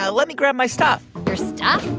ah let me grab my stuff your stuff?